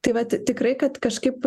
tai vat tikrai kad kažkaip